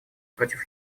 против